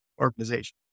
organization